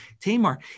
Tamar